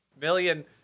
Million